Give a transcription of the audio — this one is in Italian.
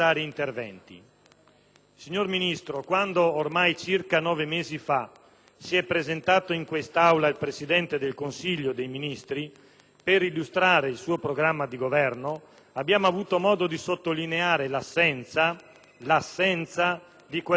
Signor Ministro, quando, ormai circa nove mesi fa, si è presentato in quest'Aula il Presidente del Consiglio dei ministri per illustrare il suo programma di Governo, abbiamo avuto modo di sottolineare l'assenza - rimarco